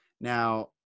now